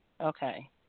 okay